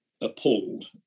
appalled